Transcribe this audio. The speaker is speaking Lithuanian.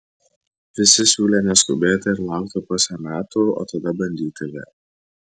visi siūlė neskubėti ir laukti pusė metų o tada bandyti vėl